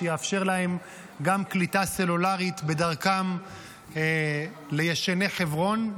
שיאפשר להם גם קליטה סלולרית בדרכם לישני חברון,